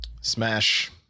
Smash